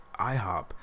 IHOP